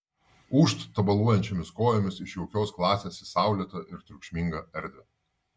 ūžt tabaluojančiomis kojomis iš jaukios klasės į saulėtą ir triukšmingą erdvę